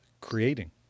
creating